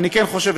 אני כן חושב,